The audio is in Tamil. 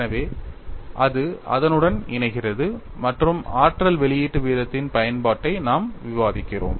எனவே அது அதனுடன் இணைகிறது மற்றும் ஆற்றல் வெளியீட்டு வீதத்தின் பயன்பாட்டை நாம் விவாதிக்கிறோம்